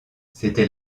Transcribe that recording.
c’était